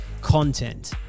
content